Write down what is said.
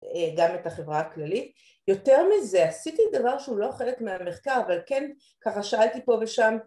גם את החברה הכללית… יותר מזה עשיתי דבר שהוא לא חלק מהמחקר אבל כן ככה שאלתי פה ושם